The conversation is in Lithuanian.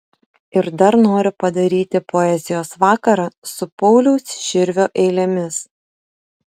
ir dar noriu padaryti poezijos vakarą su pauliaus širvio eilėmis